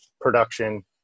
production